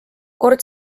kord